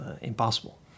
impossible